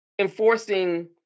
enforcing